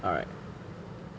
alright